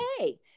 okay